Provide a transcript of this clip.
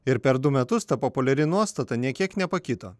ir per du metus ta populiari nuostata nė kiek nepakito